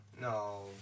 No